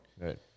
Right